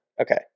Okay